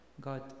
God